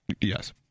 Yes